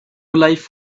life